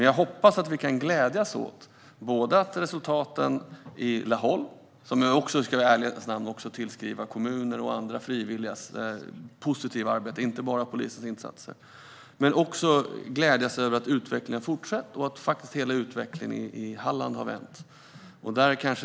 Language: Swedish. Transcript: Jag hoppas dock att vi kan glädjas åt resultaten i Laholm, som i ärlighetens namn förutom polisens insatser också ska tillskrivas kommunens och andra aktörers positiva arbete, att utvecklingen där fortsätter och att utvecklingen i hela Halland faktiskt har vänt.